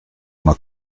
una